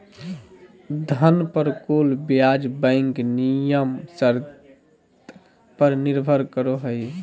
धन पर कुल ब्याज बैंक नियम शर्त पर निर्भर करो हइ